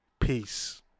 peace